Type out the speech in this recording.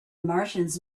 martians